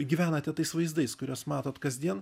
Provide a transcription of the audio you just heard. gyvenate tais vaizdais kuriuos matot kasdien